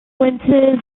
winters